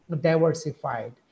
diversified